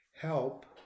help